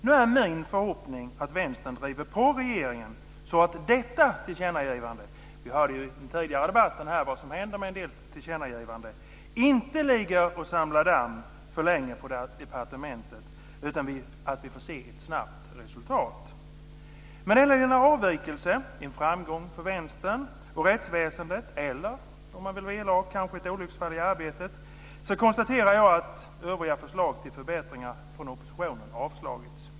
Nu är min förhoppning att Vänstern driver på regeringen så att detta tillkännagivande - vi hörde ju tidigare i debatten vad som händer med en del tillkännagivanden - inte ligger och samlar damm för länge på departementet utan att vi får se ett snabbt resultat. Med denna lilla avvikelse, en framgång för Vänstern och rättsväsendet, eller - om man vill vara elak - ett olycksfall i arbetet, konstaterar jag att övriga förslag till förbättringar från oppositionen har avslagits.